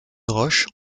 roches